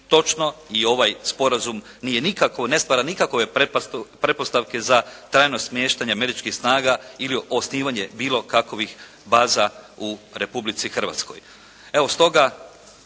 točno i ovaj sporazum nije nikako, ne stvara nikakve pretpostavke za trajno smještanje američkih snaga ili osnivanje bilo kakvih baza u Republici Hrvatskoj.